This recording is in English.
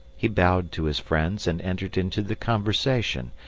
he bowed to his friends, and entered into the conversation.